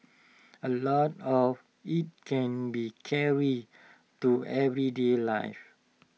A lot of IT can be carried to everyday life